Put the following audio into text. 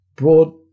Broad